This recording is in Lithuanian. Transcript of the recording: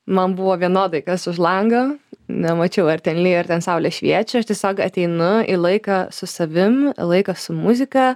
man buvo vienodai kas už lango nemačiau ar ten lyja ar ten saulė šviečia aš tiesiog ateinu į laiką su savim laiką su muzika